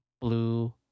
blue